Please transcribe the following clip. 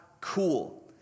cool